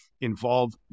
involve